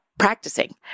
Practicing